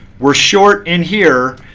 we're short in here.